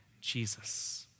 Jesus